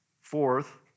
Fourth